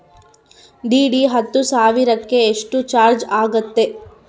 DD ಹತ್ತು ಸಾವಿರಕ್ಕೆ ಎಷ್ಟು ಚಾಜ್೯ ಆಗತ್ತೆ?